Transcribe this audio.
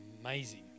amazing